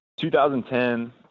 2010